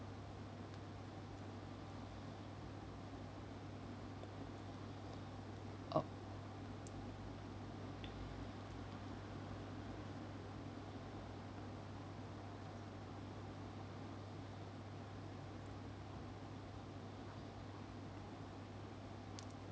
oh